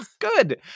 Good